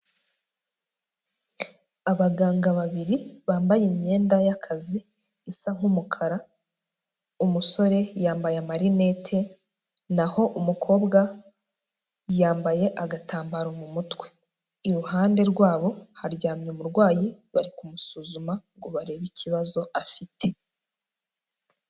Abaganga babiri bambaye imyenda y'akazi isa nk'umukara, umusore yambaye amarinete naho umukobwa yambaye agatambaro mu mutwe, iruhande rwabo haryamye umurwayi bari kumusuzuma ngo barebe ikibazo afite.